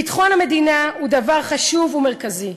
ביטחון המדינה הוא דבר חשוב ומרכזי,